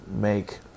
make